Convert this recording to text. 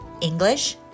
English